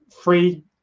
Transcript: free